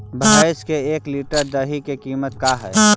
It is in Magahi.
भैंस के एक लीटर दही के कीमत का है?